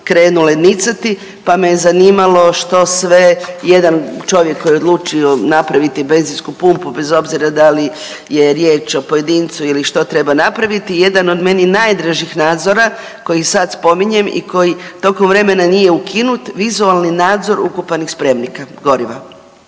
krenule nicati pa me je zanimalo što sve jedan čovjek koji je odlučio napraviti benzinsku pumpu bez obzira da li je riječ o pojedincu ili što treba napraviti, jedan od meni najdražih nadzora koji sad spominjem i koji tokom vremena nije ukinut vizualni nadzor ukopanih spremnika goriva.